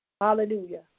Hallelujah